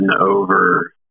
over